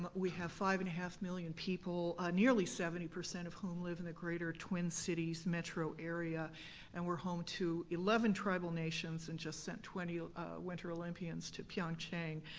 we have five and a half million people, nearly seventy percent of whom live in a greater twin cities metro area and we're home to eleven tribal nations and just sent twenty winter olympians to pyeongchang.